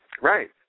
Right